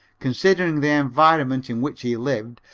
considering the environment in which he lived,